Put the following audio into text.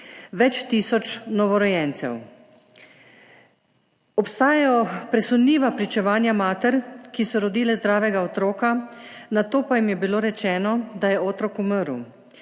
več tisoč novorojencev. Obstajajo presunljiva pričevanja mater, ki so rodile zdravega otroka, nato pa jim je bilo rečeno, da je otrok umrl.